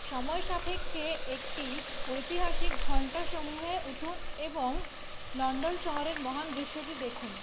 সময়ের সাপেক্ষে একটি ঐতিহাসিক ঘণ্টা সমূহে উঠুন এবং লন্ডন শহরের মহান দৃশ্যটি দেখুন